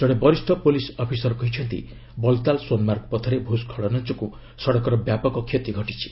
ଜଣେ ବରିଷ୍ଠ police officer କହିଛନ୍ତି ବଲ୍ତାଲ୍ ସୋନ୍ମାର୍ଗ ପଥରେ ଭ୍ରସ୍କଳନ ଯୋଗୁଁ ସଡ଼କର ବ୍ୟାପକ କ୍ଷତି ଘଟିଛି